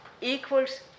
equals